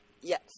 Yes